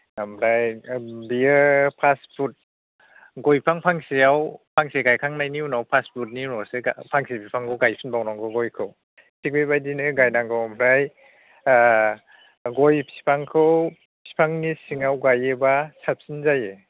ओमफ्राय बियो फास फुथ गय बिफां फांसेयाव फांसे गायखांनायनि उनाव फास फुथनि उनावसो फांसे फिफांखौ गायफिनबावनांगौ गयखौ थिग बेबायदिनो गायनांगौ ओमफ्राय ओ गय बिफांखौ बिफांनि सिङाव गायोबा साबसिन जायो